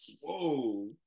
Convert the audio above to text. Whoa